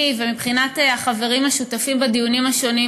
ומבחינת החברים השותפים בדיונים השונים,